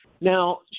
Now